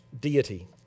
deity